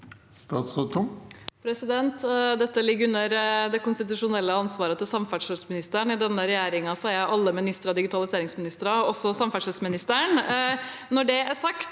O. Tung Dette ligger under det konstitusjonelle ansvaret til samferdselsministeren. I denne regjeringen er alle ministere digitaliseringsministere, også samferdselsministeren. Når det er sagt,